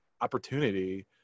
opportunity